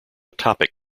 topic